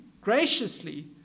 graciously